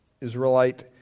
Israelite